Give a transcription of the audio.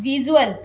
visual